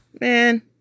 man